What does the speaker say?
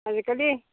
আজিকালি